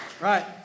Right